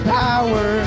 power